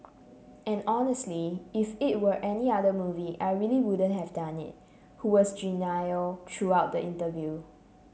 and honestly if it were any other movie I really wouldn't have done it who was genial throughout the interview